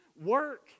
work